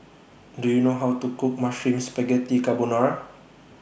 Do YOU know How to Cook Mushroom Spaghetti Carbonara